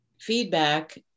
feedback